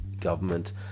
government